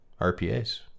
RPAs